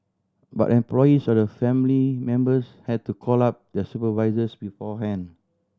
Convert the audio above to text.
but employees or their family members had to call up their supervisors beforehand